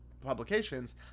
Publications